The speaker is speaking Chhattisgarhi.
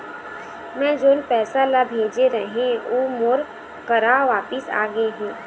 मै जोन पैसा ला भेजे रहें, ऊ हर मोर करा वापिस आ गे हे